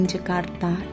Jakarta